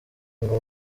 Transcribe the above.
ngo